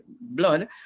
blood